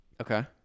Okay